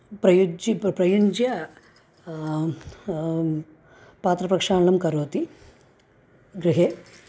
प्रयुज्य प्रयुञ्ज्य पात्रप्रक्षालनं करोति गृहे